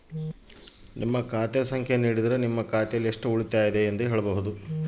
Sir ನನ್ನ ಖಾತೆಯಲ್ಲಿ ಎಷ್ಟು ಉಳಿತಾಯ ಇದೆ?